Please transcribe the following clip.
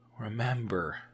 Remember